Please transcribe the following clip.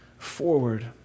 forward